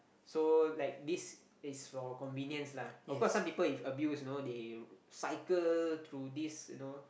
so like this is for convenience lah of course some people if abuse you know they cycle through this you know